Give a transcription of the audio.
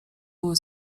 były